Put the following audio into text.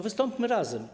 Wystąpmy razem.